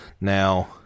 Now